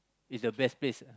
is the best place